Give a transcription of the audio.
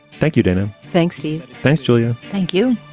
thank you, dana. thanks, steve. thanks, julia. thank you